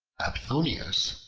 aphthonius,